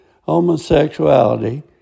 homosexuality